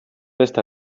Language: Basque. beste